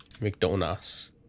McDonald's